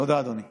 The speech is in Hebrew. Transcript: תודה, אדוני.